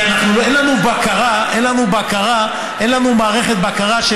כי אין לנו מערכת בקרה.